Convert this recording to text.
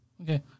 Okay